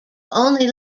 only